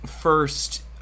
first